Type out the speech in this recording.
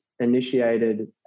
Initiated